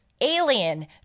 alien